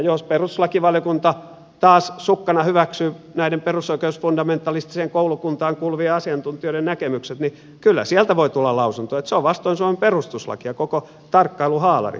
jos perustuslakivaliokunta taas sukkana hyväksyy näiden perusoikeusfundamentalistiseen koulukuntaan kuuluvien asiantuntijoiden näkemykset niin kyllä sieltä voi tulla lausunto että se on vastoin suomen perustuslakia koko tarkkailuhaalari